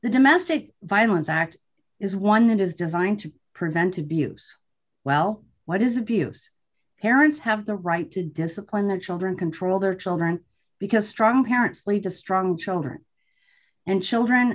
the domestic violence act is one that is designed to prevent abuse well what is abuse parents have the right to discipline the children control their children because strong parents lead to strong children and children